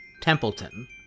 Templeton